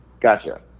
Gotcha